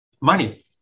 money